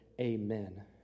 Amen